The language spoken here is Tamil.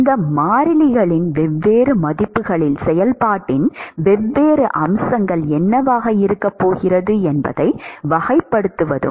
இந்த மாறிலிகளின் வெவ்வேறு மதிப்புகளில் செயல்பாட்டின் வெவ்வேறு அம்சங்கள் என்னவாக இருக்கப் போகிறது என்பதை வகைப்படுத்தவும்